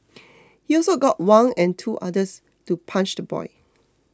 he also got Wang and two others to punch the boy